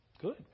Good